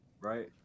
right